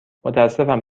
متاسفم